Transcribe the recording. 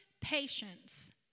patience